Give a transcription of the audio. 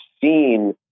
seen